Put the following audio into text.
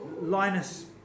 Linus